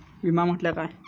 विमा म्हटल्या काय?